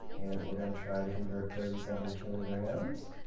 and we're going to try to convert thirty seven kilograms